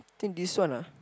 think this one ah